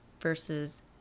versus